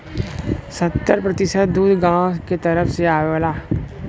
सत्तर प्रतिसत दूध गांव के तरफ से आवला